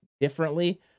differently